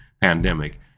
pandemic